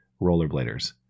rollerbladers